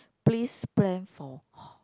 please plan for